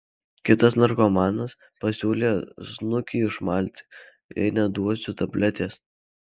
kitas narkomanas pasiūlė snukį išmalti jei neduosiu tabletės